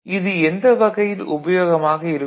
இது எந்த வகையில் உபயோகமாக இருக்கும்